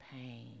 pain